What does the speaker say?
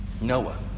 Noah